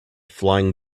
flying